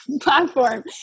platform